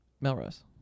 Melrose